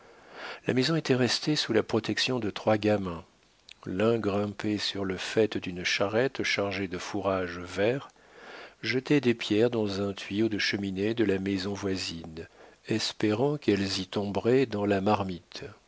la maison était restée sous la protection de trois gamins l'un grimpé sur le faîte d'une charrette chargée de fourrage vert jetait des pierres dans un tuyau de cheminée de la maison voisine espérant qu'elles y tomberaient dans la marmite